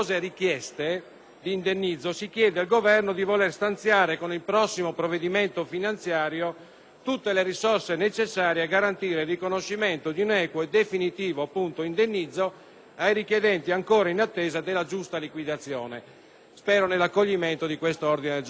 si chiede al Governo di voler stanziare, con il prossimo provvedimento finanziario, tutte le risorse necessarie a garantire il riconoscimento di un equo e definitivo indennizzo ai richiedenti ancora in attesa della giusta liquidazione. Spero nell'accoglimento dell'ordine del giorno in